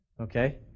okay